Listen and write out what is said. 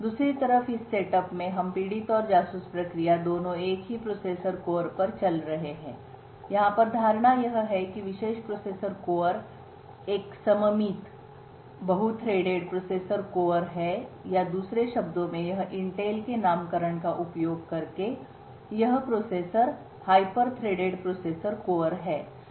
दूसरी तरफ इस सेटअप में हम पीड़ित और जासूस प्रक्रिया दोनों एक ही प्रोसेसर कोर पर चल रहे हैं यहाँ पर धारणा यह है कि यह विशेष प्रोसेसर कोर एक सममित बहु थ्रेडेड प्रोसेसर कोर है या दूसरे शब्दों में यह इंटेल के नामकरण का उपयोग करके यह प्रोसेसर कोर एक हाइपर थ्रेडेड प्रोसेसर कोर है